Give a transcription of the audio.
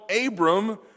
Abram